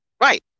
Right